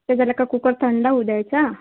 ते झालं का कुकर थंडा होऊ द्यायचा